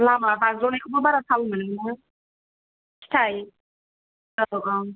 लामा बाज्ल'नायखौबो बारा थाल मोनाना औ औ